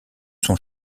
son